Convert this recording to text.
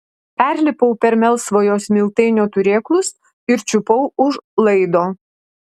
perlipau per melsvojo smiltainio turėklus ir čiupau už laido